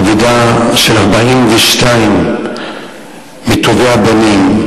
אבדה של 42 מטובי הבנים,